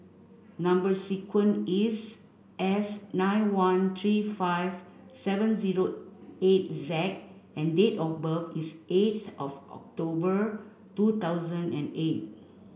number sequence is S nine one three five seven zero eight Z and date of birth is eighth of October two thousand and eight